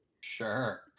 Sure